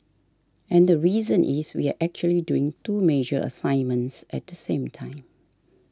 and the reason is we are actually doing two major assignments at the same time